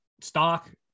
stock